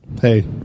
Hey